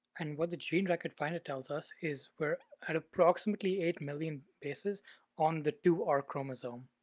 and what the gene record finder tells us is we're at approximately eight million bases on the two r chromosome.